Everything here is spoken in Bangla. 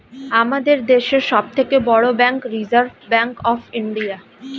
আমাদের দেশের সব থেকে বড় bank reserve bank of India